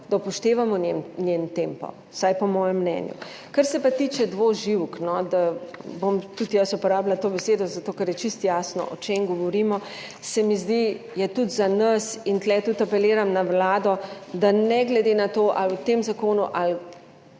da upoštevamo njen tempo, vsaj po mojem mnenju. Kar se pa tiče dvoživk, da bom tudi jaz uporabila to besedo, zato ker je čisto jasno, o čem govorimo, se mi zdi, je tudi za nas, in tu tudi apeliram na vlado, da ne glede na to, ali v tem zakonu ali